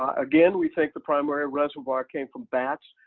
again, we think the primary reservoir came from bats.